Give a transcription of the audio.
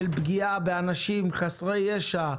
מצבים של פגיעה באנשים חסרי ישע,